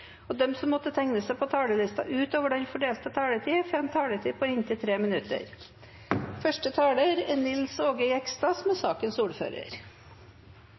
og dei som måtte teikna seg på talarlista utover den fordelte taletida, får også ei taletid på inntil 3 minutt. Det er en enstemmig komité som